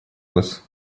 вас